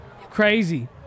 crazy